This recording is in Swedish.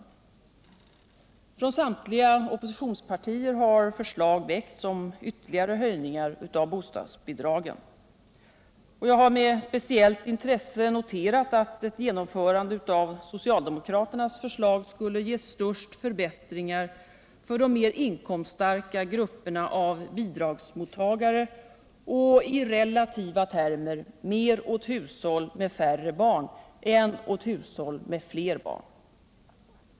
Från samtliga oppositionspartier har förslag väckts om ytterligare höjningar av bostadsbidragen. Jag har med speciellt intresse noterat att ett genomförande av socialdemokraternas förslag skulle ge de största förbättringarna åt de mer inkomststarka grupperna av bidragsmottagare och i relativa termer mer åt hushåll med färre barn än åt hushåll med fler barn.